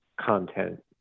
content